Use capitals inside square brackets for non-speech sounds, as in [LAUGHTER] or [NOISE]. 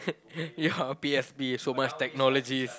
[LAUGHS] ya P_S_P so much technologies